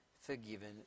forgiven